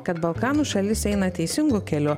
kad balkanų šalis eina teisingu keliu